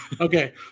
Okay